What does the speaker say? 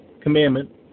commandment